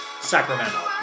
Sacramento